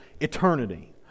eternity